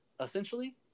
essentially